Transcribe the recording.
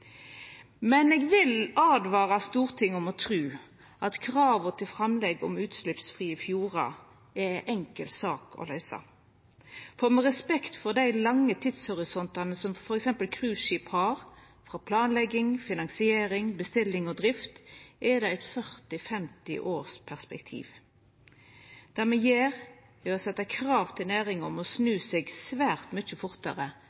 Men eg vil åtvara Stortinget mot å tru at krava til framlegg om utsleppsfrie fjordar er ei enkel sak å løysa. Med respekt for dei lange tidshorisontane som f.eks. cruiseskip har, med planlegging, finansiering, bestilling og drift, er det eit 40–50-årsperspektiv. Det me gjer, er å setja krav til næringa om å snu seg svært mykje fortare